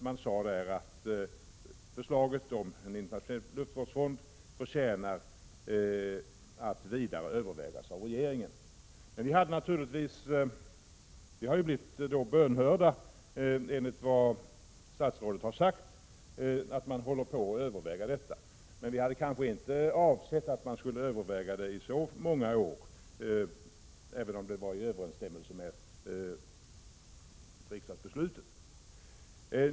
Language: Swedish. Man sade då att förslaget om en internationell luftvårdsfond förtjänar att vidare övervägas av regeringen. Vi har ju blivit bönhörda i och med det statsrådet har sagt, att man håller på att överväga förslaget. Men vi hade kanske inte avsett att man skulle överväga det i så många år, även om detta var i överensstämmelse med riksdagsbeslutet.